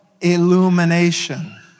Illumination